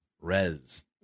res